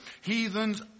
Heathens